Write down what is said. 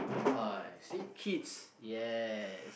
ah see kith yes